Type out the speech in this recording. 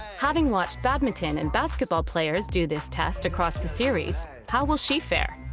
having watched badminton and basketball players do this test across the series, how will she fare?